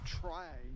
try